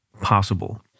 possible